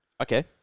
Okay